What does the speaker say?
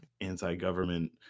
anti-government